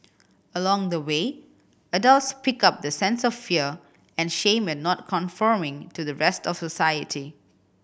along the way adults pick up the sense of fear and shame at not conforming to the rest of society